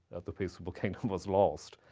the peaceable kingdom was lost.